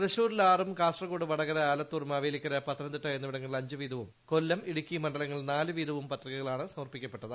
തൃശൂരിൽ ആറും കാസർകോട് വടകര ആലത്തൂർ മാവേലിക്കര പത്തനംതിട്ട എന്നിവിടങ്ങളിൽ അഞ്ച് വീതവും കൊല്ലം ഇടുക്കി മണ്ഡലങ്ങളിൽ നാലുവീതവും പത്രികകളാണ് സമർപ്പിക്കപ്പെട്ടത്